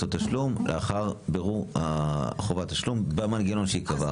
תשלום לאחר בירור חובת תשלום במנגנון שייקבע.